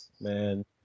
man